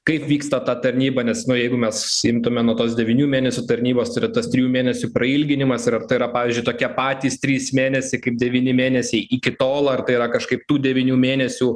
kaip vyksta ta tarnyba nes nu jeigu mes imtume nuo tos devynių mėnesių tarnybos tai yra tas trijų mėnesių prailginimas tai yra pavyzdžiui tokie patys trys mėnesiai kaip devyni mėnesiai iki tol ar tai yra kažkaip tų devynių mėnesių